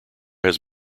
had